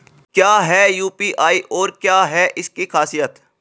क्या है यू.पी.आई और क्या है इसकी खासियत?